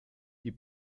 die